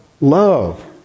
love